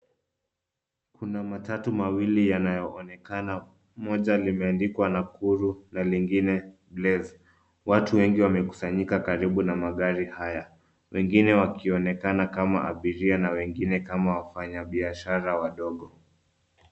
Kuna matatu mawili yanayoonekana. Moja limeandikwa Nakuru na lingine Blaze . Watu wengi wamekusanyika karibu na magari haya, wengine wakionekana kama abiria na wengine kama wafanyabiashara wadogo.